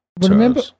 Remember